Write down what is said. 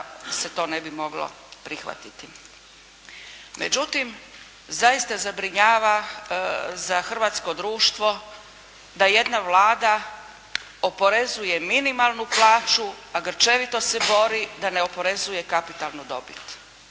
se to ne bi moglo prihvatiti. Međutim zaista zabrinjava za hrvatsko društvo da jedna Vlada oporezuje minimalnu plaću a grčevito se bori da ne oporezuje kapitalnu dobit.